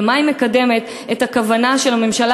במה היא מקדמת את הכוונה של הממשלה